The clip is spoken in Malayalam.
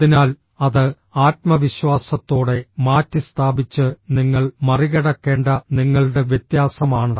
അതിനാൽ അത് ആത്മവിശ്വാസത്തോടെ മാറ്റിസ്ഥാപിച്ച് നിങ്ങൾ മറികടക്കേണ്ട നിങ്ങളുടെ വ്യത്യാസമാണ്